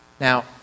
Now